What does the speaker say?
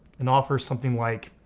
an offer is something like,